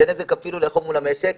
זה היה נזק מאוד כבד למשק.